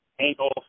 ankle